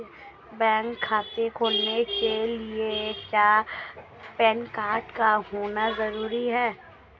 Bank खाता खोलने के लिए क्या पैन कार्ड का होना ज़रूरी है?